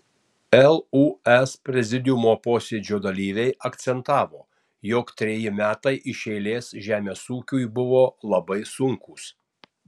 lūs prezidiumo posėdžio dalyviai akcentavo jog treji metai iš eilės žemės ūkiui buvo labai sunkūs